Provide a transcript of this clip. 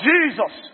Jesus